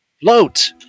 Float